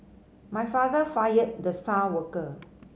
my father fired the star worker